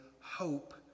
hope